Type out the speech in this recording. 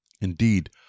Indeed